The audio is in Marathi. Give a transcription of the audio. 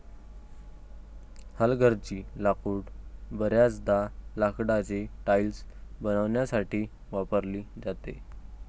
हलगर्जी लाकूड बर्याचदा लाकडाची टाइल्स बनवण्यासाठी वापरली जाते